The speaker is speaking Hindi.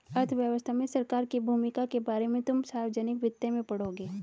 अर्थव्यवस्था में सरकार की भूमिका के बारे में तुम सार्वजनिक वित्त में पढ़ोगे